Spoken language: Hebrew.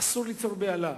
אסור ליצור בהלה,